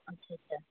ਅੱਛਾ ਅੱਛਾ